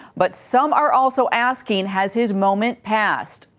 but some are also asking has his moment passed.